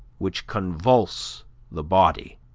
which convulse the body.